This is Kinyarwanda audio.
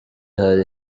hari